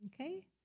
Okay